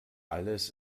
alles